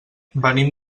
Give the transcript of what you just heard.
venim